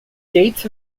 dates